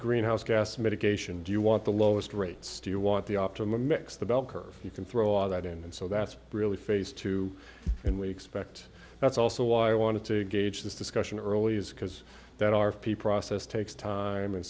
greenhouse gas mitigation do you want the lowest rates do you want the optimum mix the bell curve you can throw all that in and so that's really phase two and we expect that's also why i wanted to gauge this discussion early is because that r p process takes time